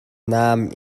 nam